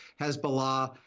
Hezbollah